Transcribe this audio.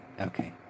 Okay